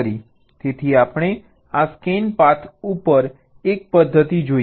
તેથી આપણે આ સ્કેન પાથ ઉપર એક પદ્ધતિ જોઈ